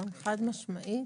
חד משמעית.